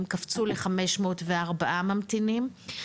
הם קפצו ל-504 ממתינים.